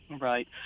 Right